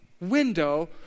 window